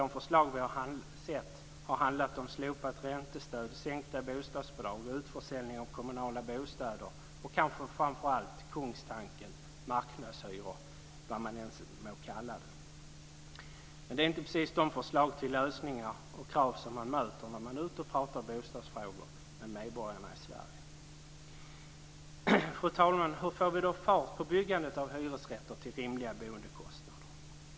De förslag vi har sett har handlat om slopat räntestöd, sänkta bostadsbidrag, utförsäljning av kommunala bostäder och kanske framför allt - kungstanken - marknadshyror. Det är inte precis de förslag till lösningar och krav som man möter när man är ute och pratar bostadsfrågor med medborgarna i Sverige. Fru talman! Hur får vi då fart på byggandet av hyresrätter till rimliga boendekostnader?